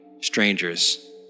strangers